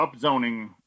upzoning